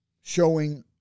showing